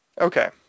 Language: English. Okay